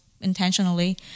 intentionally